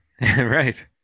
right